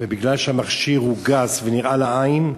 ובגלל שהמכשיר גס ונראה לעין,